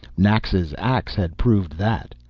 naxa's ax had proved that.